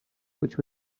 which